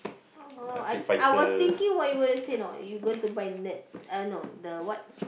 oh I I was thinking what you were to say you know you're going to buy nets I no the what